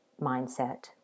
mindset